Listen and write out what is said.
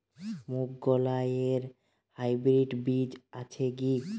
মুগকলাই এর হাইব্রিড বীজ আছে কি?